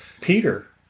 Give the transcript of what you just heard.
Peter